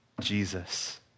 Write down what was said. Jesus